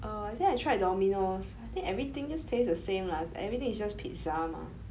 oh I think tried Domino's then everything just tastes the same lah everything it's just pizza mah